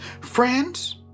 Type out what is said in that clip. friends